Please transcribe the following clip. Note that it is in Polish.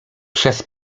przez